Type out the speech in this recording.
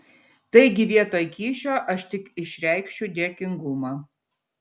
taigi vietoj kyšio aš tik išreikšiu dėkingumą